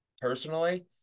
personally